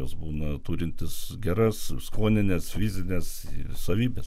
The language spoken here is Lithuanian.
jos būna turintys geras skonines fizines savybes